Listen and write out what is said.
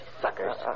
suckers